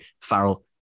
Farrell